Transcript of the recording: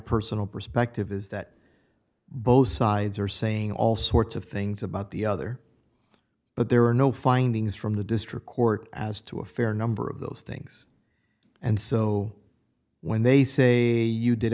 personal perspective is that both sides are saying all sorts of things about the other but there are no findings from the district court as to a fair number of those things and so when they say you did